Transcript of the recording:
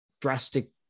drastic